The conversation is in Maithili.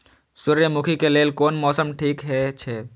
सूर्यमुखी के लेल कोन मौसम ठीक हे छे?